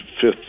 fifth